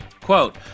Quote